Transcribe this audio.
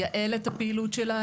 לייעל את הפעילות שלה,